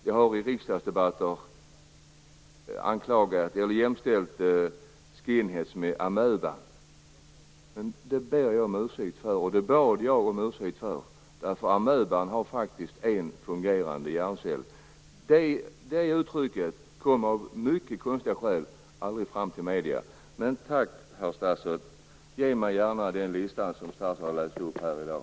Jag har i riksdagsdebatter jämställt skinheads med amöba. Men det ber jag om ursäkt för, och det bad jag om ursäkt för, därför att amöban faktiskt har en fungerande hjärncell. Det uttrycket kommer av mycket konstiga skäl aldrig fram till medierna. Tack, herr statsråd, ge mig gärna den lista som statsrådet läste upp här i dag.